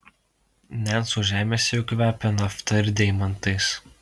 nencų žemėse jau kvepia nafta ir deimantais